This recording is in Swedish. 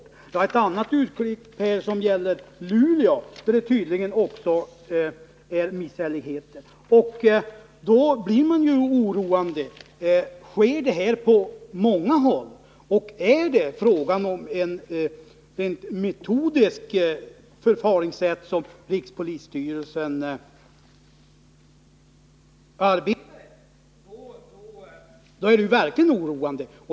Jag har här även ett annat urklipp som gäller Luleå och som visar att det tydligen också där förekommer misshälligheter. Detta gör att man blir orolig och frågar sig om sådant här förekommer på många håll. Är det här fråga om ett förfaringssätt som rikspolisstyrelsen metodiskt tillämpar? Då är det ju verkligen oroande.